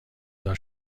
دار